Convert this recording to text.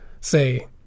say